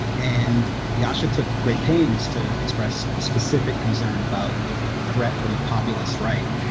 and yasha took great pains to express a specific concern about the threat from the populist, right?